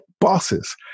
bosses